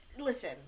listen